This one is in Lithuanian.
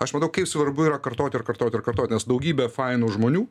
aš matau kaip svarbu yra kartot ir kartot ir kartot nes daugybė fainų žmonių